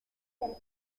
del